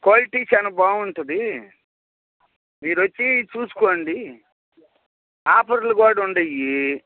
quality చాలా బాగుంటుంది మీరు వచ్చి చూసుకోండి ఆఫర్లు కూడా ఉంటాయి